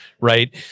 right